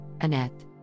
Annette